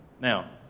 Now